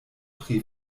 pri